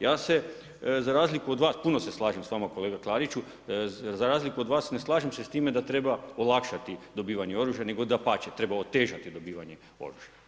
Ja se za razliku od vas puno se slažem s vama kolega Klariću, za razliku od vas, ne slažem se s time, da treba olakšati dobivanje oružja, nego dapače, treba otežati dobivanje oružja.